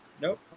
Nope